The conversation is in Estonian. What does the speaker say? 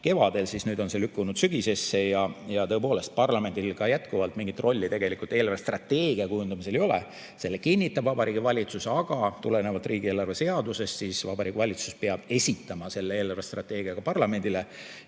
kevadel, siis nüüd on see lükkunud sügisesse. Tõepoolest, parlamendil jätkuvalt mingit rolli eelarvestrateegia kujundamisel ei ole, selle kinnitab Vabariigi Valitsus. Aga tulenevalt riigieelarve seadusest peab Vabariigi Valitsus esitama eelarvestrateegia ka parlamendile